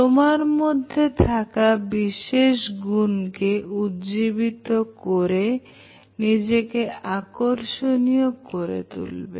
তোমার মধ্যে থাকা বিশেষ গুণ কে উজ্জীবিত করে নিজেকে আকর্ষণীয় করে তোলো